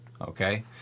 Okay